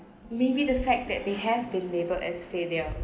maybe the fact that they have been labelled as failure